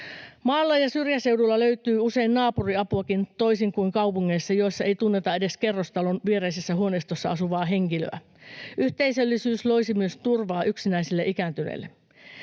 Maalla ja syrjäseudulla löytyy usein naapuriapuakin, toisin kuin kaupungeissa, joissa ei tunneta edes kerrostalon viereisessä huoneistossa asuvaa henkilöä. Yhteisöllisyys loisi myös turvaa yksinäisille ikääntyneille.